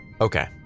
Okay